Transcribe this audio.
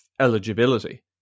eligibility